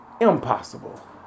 impossible